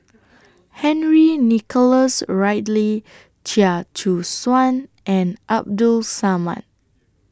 Henry Nicholas Ridley Chia Choo Suan and Abdul Samad